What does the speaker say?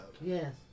Yes